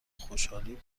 خوشحالی